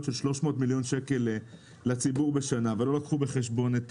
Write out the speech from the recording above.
של 300 מיליון שקל לציבור בשנה ולא לקחו בחשבון את